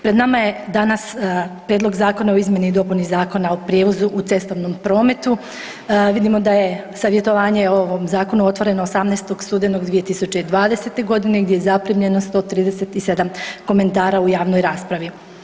Pred nama je danas Prijedlog zakona o izmjeni i dopuni Zakona o prijevozu u cestovnom prometu, vidimo da je savjetovanje o ovom zakonu otvoreno 18. studenog 2020.g. gdje je zaprimljeno 137 komentara u javnoj raspravi.